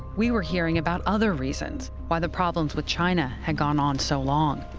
we were hearing about other reasons why the problems with china had gone on so long.